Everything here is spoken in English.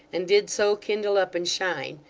and did so kindle up and shine,